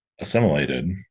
assimilated